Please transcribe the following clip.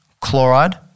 chloride